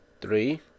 three